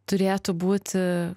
turėtų būti